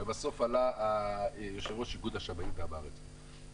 ובסוף עלה יושב-ראש איגוד השמאים ואמר את זה.